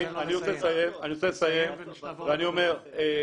אני רוצה לסיים ואני אומר,